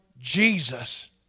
Jesus